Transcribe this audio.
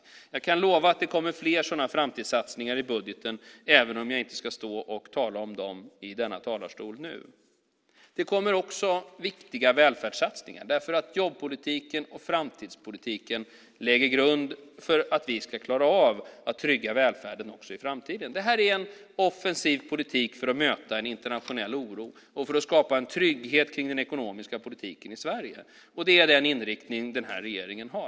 Jag kan lova att det kommer fler sådana framtidssatsningar i budgeten, även om jag inte ska stå och tala om dem i denna talarstol nu. Det kommer också viktiga välfärdssatsningar, därför att jobbpolitiken och framtidspolitiken lägger grund för att vi ska klara av att trygga välfärden också i framtiden. Det här är en offensiv politik för att möta en internationell oro och för att skapa en trygghet kring den ekonomiska politiken i Sverige. Det är den inriktning den här regeringen har.